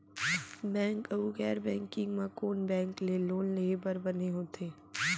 Bank अऊ गैर banking म कोन बैंक ले लोन लेहे बर बने होथे?